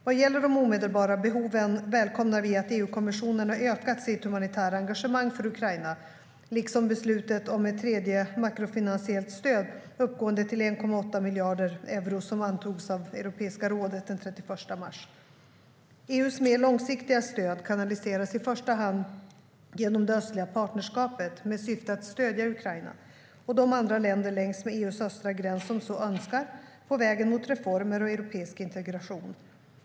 Vad gäller de omedelbara behoven välkomnar vi att EU-kommissionen har ökat sitt humanitära engagemang för Ukraina, liksom beslutet om ett tredje makrofinansiellt stöd uppgående till 1,8 miljarder euro som antogs av Europeiska rådet den 31 mars. EU:s mer långsiktiga stöd kanaliseras i första hand genom det östliga partnerskapet, med syfte att stödja Ukraina, och de andra länder längs med EU:s östra gräns som så önskar, på vägen mot reformer och europeisk integration.